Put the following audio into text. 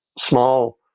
small